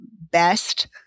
best